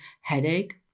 headache